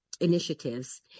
initiatives